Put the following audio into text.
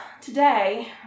today